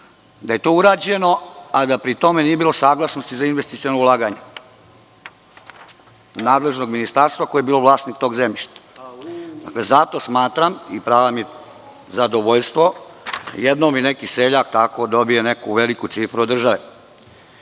da je to urađeno, a da pri tome nije bilo saglasnosti za investiciona ulaganja nadležnog ministarstva koji je bio vlasnik tog zemljišta. Zato smatram i pravo mi je zadovoljstvo da jednom i neki seljak tako dobije neku veliku cifru od države. Po